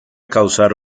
causar